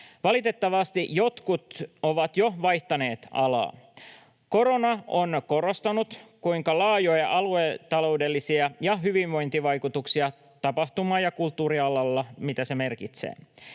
Valitettavasti jotkut ovat jo vaihtaneet alaa. Korona on korostanut, kuinka laajoja aluetaloudellisia ja hyvinvointivaikutuksia tapahtuma‑ ja kulttuurialalla on